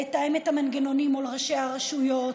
לתאם את המנגנונים מול ראשי הרשויות,